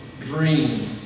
dreams